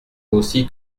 aussi